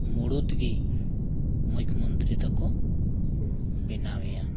ᱢᱩᱲᱩᱛ ᱜᱮ ᱢᱩᱠᱷᱭᱚ ᱢᱚᱱᱛᱨᱤ ᱫᱚᱠᱚ ᱵᱮᱱᱟᱣᱮᱭᱟ